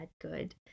good